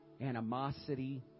animosity